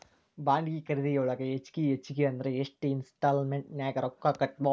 ಬಾಡ್ಗಿ ಖರಿದಿಯೊಳಗ ಹೆಚ್ಗಿ ಹೆಚ್ಗಿ ಅಂದ್ರ ಯೆಷ್ಟ್ ಇನ್ಸ್ಟಾಲ್ಮೆನ್ಟ್ ನ್ಯಾಗ್ ರೊಕ್ಕಾ ಕಟ್ಬೊದು?